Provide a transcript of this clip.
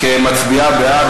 כמצביעה בעד,